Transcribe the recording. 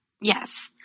Yes